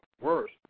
worse